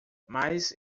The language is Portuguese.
mas